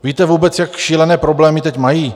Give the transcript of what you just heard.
Víte vůbec, jak šílené problémy teď mají?